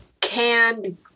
canned